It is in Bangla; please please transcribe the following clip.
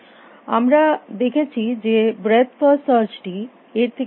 আমরা দেখেছি যে ব্রেথ ফার্স্ট সার্চটি এর থেকে একটু বেশী